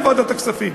מוועדת הכספים.